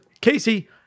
casey